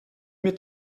mit